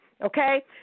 okay